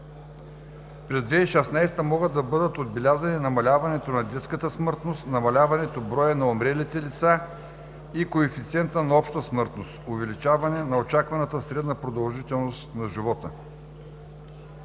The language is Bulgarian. през 2016 г. могат да бъдат отбелязани намаляването на детската смъртност, намаляването броя на умрелите лица и коефициентът на обща смъртност, увеличаване на очакваната средна продължителност на живота.